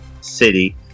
city